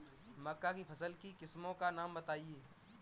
मक्का की फसल की किस्मों का नाम बताइये